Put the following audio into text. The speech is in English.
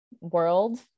world